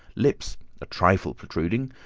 lips a trifle protruding,